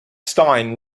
stein